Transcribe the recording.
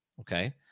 okay